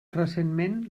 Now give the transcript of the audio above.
recentment